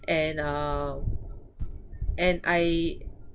and uh and I